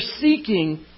seeking